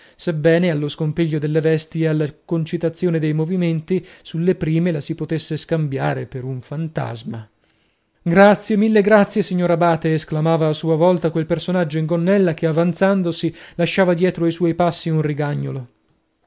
sebbene allo scompiglio delle vesti ed alla concitazione dei movimenti sulle prime la si potesse scambiare per un fantasma grazie mille grazie signor abate esclamava a sua volta quel personaggio in gonnella che avanzandosi lasciava dietro i suoi passi un rigagnolo